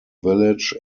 village